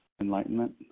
enlightenment